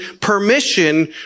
permission